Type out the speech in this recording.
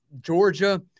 Georgia